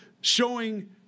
showing